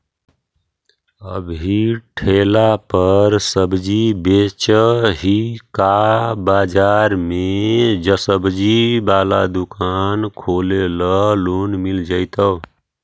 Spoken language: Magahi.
अभी ठेला पर सब्जी बेच ही का बाजार में ज्सबजी बाला दुकान खोले ल लोन मिल जईतै?